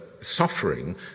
suffering